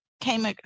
came